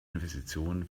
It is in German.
investition